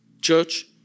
church